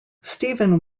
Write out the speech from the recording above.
steven